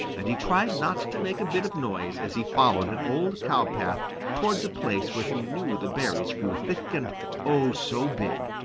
and he tried not to make a bit of noise as he followed an old cow-path towards a place where he knew the berries grew thick and oh, so big,